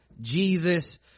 jesus